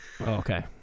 Okay